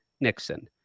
Nixon